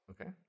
Okay